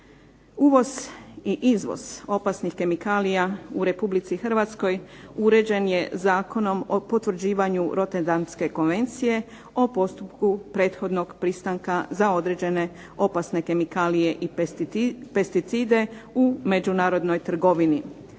Uvoz i izvoz opasnih kemikalija u Republici Hrvatskoj uređen je Zakonom o potvrđivanju Roterdamske konvencije o postupku prethodnog pristanka za određene opasne kemikalije i pesticide u međunarodnoj trgovini